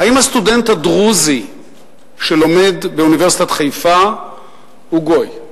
האם הסטודנט הדרוזי שלומד באוניברסיטת חיפה הוא גוי?